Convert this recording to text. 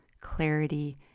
clarity